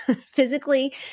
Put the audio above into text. physically